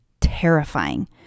terrifying